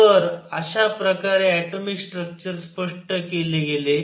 तर अशा प्रकारे ऍटोमिक स्ट्रक्चर स्पष्ट केले गेले